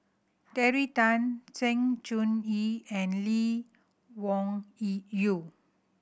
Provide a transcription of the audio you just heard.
Terry Tan Sng Choon Yee and Lee Wung Yee Yew